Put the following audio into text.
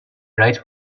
rights